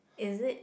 is it